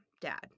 dad